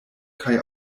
kaj